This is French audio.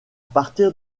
partir